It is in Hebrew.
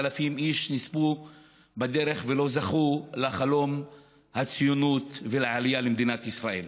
4,000 איש נספו בדרך ולא זכו לחלום הציונות ולעלייה למדינת ישראל.